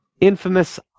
Infamous